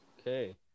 Okay